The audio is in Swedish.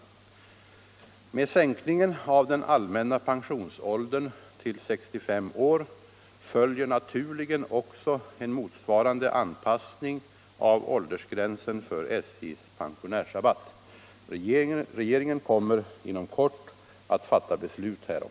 Med sänkningen av den allmänna pensionsåldern till 65 år följer naturligen också en motsvarande anpassning av åldersgränsen för SJ:s pensionärsrabatt. Regeringen kommer inom kort att fatta beslut härom.